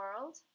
world